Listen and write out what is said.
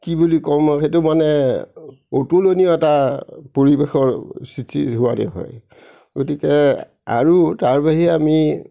কি বুলি ক'ম আৰু সেইটো মানে অতুলনীয় এটা পৰিৱেশৰ সৃষ্টি হোৱা দি হয় গতিকে আৰু তাৰ বাহিৰে আমি